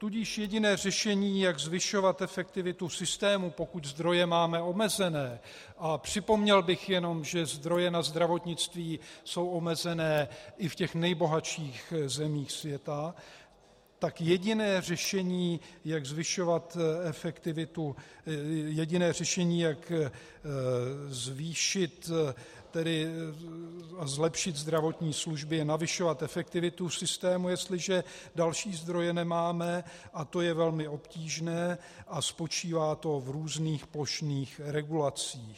Tudíž jediné řešení, jak zvyšovat efektivitu systému, pokud zdroje máme omezené, a připomněl bych jenom, že zdroje na zdravotnictví jsou omezené i v nejbohatších zemích světa, tak jediné řešení, jak zvyšovat efektivitu, jediné řešení, jak zvýšit a zlepšit zdravotní služby, je navyšovat efektivitu v systému, jestliže další zdroje nemáme, a to je velmi obtížné a spočívá to v různých plošných regulacích.